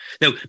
Now